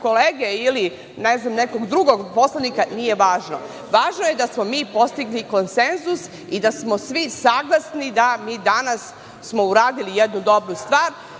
ili nekog drugog poslanika, nije važno. Važno je da smo mi postigli konsenzus i da smo svi saglasni da smo mi danas uradili jednu dobru stvar